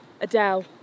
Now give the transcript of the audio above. Adele